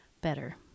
better